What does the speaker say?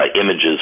images